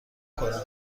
کنم